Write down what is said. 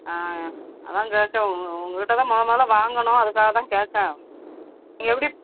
ஆ அதுதான் கேட்டேன் உங்கள் கிட்ட தான் முத முதல வாங்கணும் அதுக்காக தான் கேட்டேன் நீங்கள் எப்படி